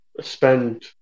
spend